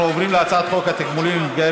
אנחנו עוברים להצעת חוק התגמולים לנפגעי